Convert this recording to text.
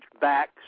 back